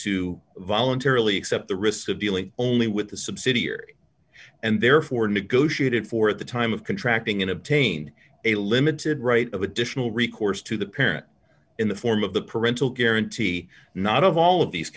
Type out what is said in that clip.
to voluntarily accept the risk of dealing only with the subsidiary and therefore negotiated for at the time of contracting in obtain a limited right of additional recourse to the parent in the form of the parental guarantee not of all of these